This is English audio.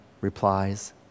replies